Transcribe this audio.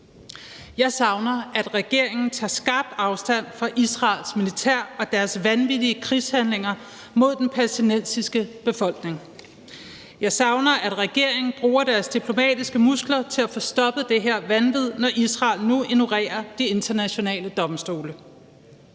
Jeg savner, at regeringen tager skarpt afstand fra Israels militær og deres vanvittige krigshandlinger mod den palæstinensiske befolkning. Jeg savner, at regeringen bruger deres diplomatiske muskler til at få stoppet det her vanvid, når Israel nu ignorerer Den Internationale Domstol.